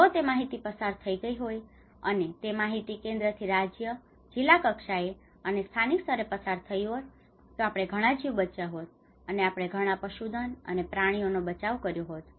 જો તે માહિતી પસાર થઈ ગઈ હોય અને તે માહિતી કેન્દ્રથી રાજ્ય જિલ્લા કક્ષાએ અને સ્થાનિક સ્તરે પસાર થઇ હોત તો આપણે ઘણાં જીવ બચાવ્યા હોત અને આપણે ઘણા પશુધન અને પ્રાણીઓનો બચાવ કર્યો હોત